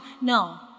No